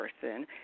person